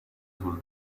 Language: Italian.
sul